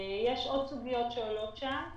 יש עוד סוגיות שעולות שם,